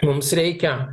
mums reikia